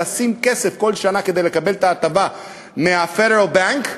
לשים כסף כל שנה כדי לקבל את ההטבה מה-Federal Bank,